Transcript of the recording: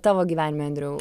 tavo gyvenime andriau